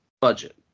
budget